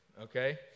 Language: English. okay